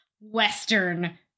Western